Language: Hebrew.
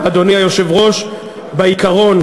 הזדמנויות בעבודה,